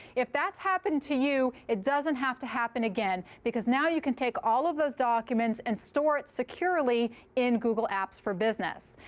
if that's happened to you, it doesn't have to happen again, because now you can take all of those documents and store it securely in google apps for business.